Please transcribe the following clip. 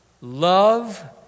Love